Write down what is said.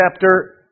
chapter